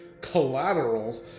Collateral